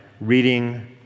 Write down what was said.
reading